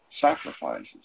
sacrifices